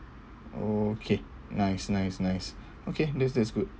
okay nice nice nice okay that's that's good